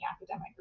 academic